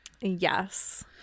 Yes